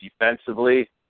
defensively